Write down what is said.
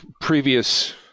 previous